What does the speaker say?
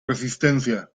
resistencia